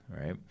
right